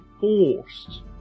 forced